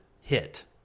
hit